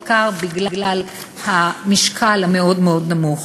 בעיקר בגלל המשקל המאוד-מאוד-נמוך,